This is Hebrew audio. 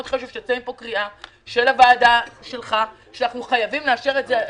מאוד חשוב שתצא מפה קריאה של הוועדה שלך שאנחנו חייבים לאשר את זה.